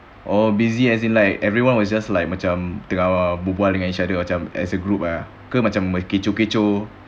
or busy as in like everyone was just like macam tengah berbual dengan each other as a group ah macam kecoh-kecoh